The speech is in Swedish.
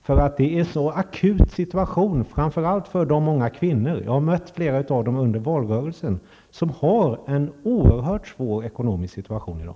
Situationen är så akut, framför allt för de många kvinnor -- jag har mött flera av dem under valrörelsen -- som har en oerhört svår ekonomisk situation i dag.